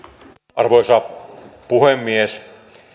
arvoisa puhemies